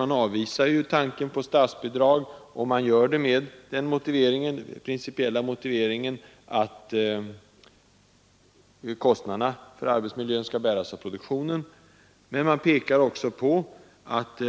Man avvisar tanken på statsbidrag med den principiella motiveringen att kostnaderna för arbetsmiljön skall bäras av produktionen. Men man pekar också på att